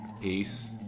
Peace